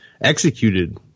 executed